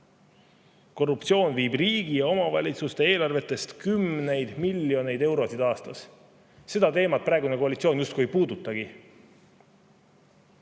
Korruptsioon viib riigi ja omavalitsuste eelarvest kümneid miljoneid eurosid aastas. Seda teemat praegune koalitsioon justkui ei puudutagi.